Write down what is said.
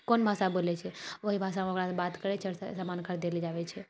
कि कोन भाषा बोलैत छै वही भाषामे ओकरासँ बात करैत छै आओर सामान खरीदय लेल जाइत छै